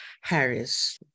Harris